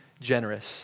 generous